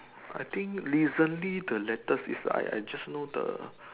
I think recently the latest is I I just know the